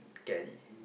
carry